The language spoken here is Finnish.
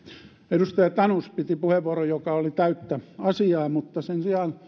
edustaja tanus piti puheenvuoron joka oli täyttä asiaa mutta sen sijaan